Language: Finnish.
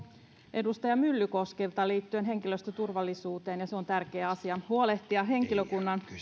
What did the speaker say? edustaja myllykoskelta liittyen henkilöstön turvallisuuteen ja on tärkeä asia huolehtia henkilökunnan